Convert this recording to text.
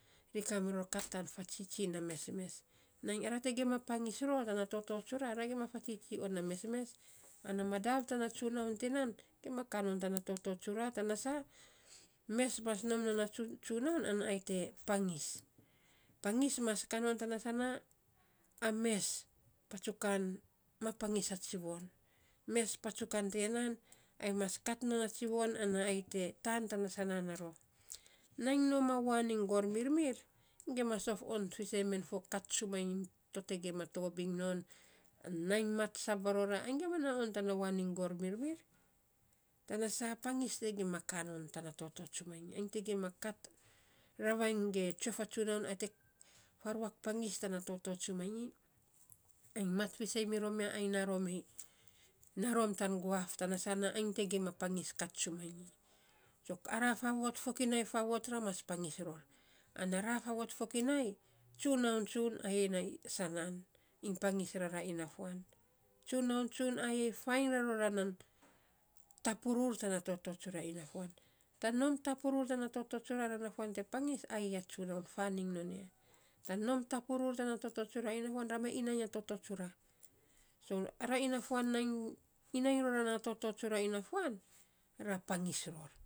Ri kaa miro kat tan fa tsitsi na mesmes. Nainy ara te gima kaa miro tana toto tsura, ra gima fatsisti on a mesmes ana madav tana tsunaun tiya nan gima kaa tana toto tsura tana saa mes mas nom non a tsunaun ana ayei te pangis, pangis mas kaa non tana saa na a mes patsukan ma pangis a tsivon. Mes patsukan tiya nan ai mas kat non a tsivon ana ai tetaan tana sanaan na rof, nainy nom a waan iny gormirmir ai gima sof on fiisen men fo kat tsumainyi to te gima to biny non, an nainy mat sab varora, ai gima naa on tana vaan iny gormirmir, tana saa pangis te gima kaa non tana toto tsumanyi, ain te gima kat ravei ge tsue of a tsunaun ai te faruak pangis tana toto tsumanyi, ai mat fiisen mirom ya, ai naa rom ei, naarom tan guaf, tana sana ai te gima pngis kat tsuma nyi ara faavot fokinai faavot ra mas pangis ror. Ana ra faavot fokinai, tsunaun tsun ayein na sanaan iny pangis rara inafuan. Tsunaun tsun ayei faan raroran tapurur tana toto tsura inafuan. Tan nom tapurur tan toto tsura ra nafuan te pangis, ayei na tsunaun faan iny non ya. Tan nom tapurur tana toto tsura, rama inai a toto tsura. So ra inafuan nainy iinai rora na toto tsura inafuan, ra pangis ror.